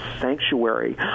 sanctuary